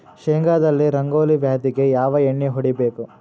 ಶೇಂಗಾದಲ್ಲಿ ರಂಗೋಲಿ ವ್ಯಾಧಿಗೆ ಯಾವ ಎಣ್ಣಿ ಹೊಡಿಬೇಕು?